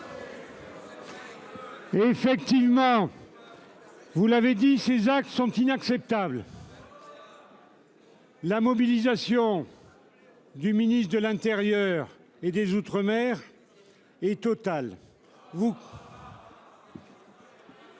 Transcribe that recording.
Effectivement.-- Vous l'avez dit, ces actes sont inacceptables. La mobilisation.-- Du ministre de l'Intérieur et des Outre-mer. Et totale.